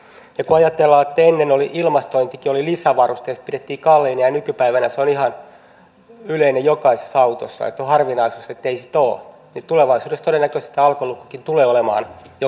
kun ajatellaan että ennen ilmastointikin oli lisävaruste ja sitä pidettiin kalliina ja nykypäivänä se on ihan yleinen jokaisessa autossa ja on harvinaisuus ettei sitä ole niin tulevaisuudessa todennäköisesti tämä alkolukkokin tulee olemaan jokaisessa autossa